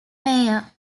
mayor